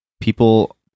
people